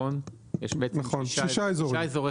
יש שישה אזורי חלוקה.